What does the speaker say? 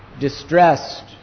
distressed